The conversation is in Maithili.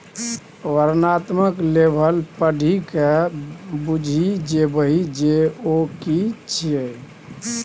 वर्णनात्मक लेबल पढ़िकए बुझि जेबही जे ओ कि छियै?